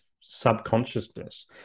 subconsciousness